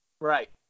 Right